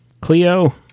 Cleo